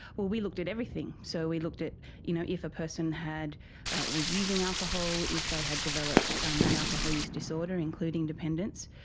well, we looked at everything. so we looked at you know if a person was using alcohol, if they had developed um an alcohol use disorder, including dependence.